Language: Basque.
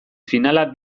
finala